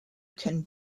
can